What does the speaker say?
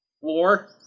war